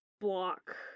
block